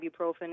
ibuprofen